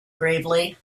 gravely